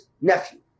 nephew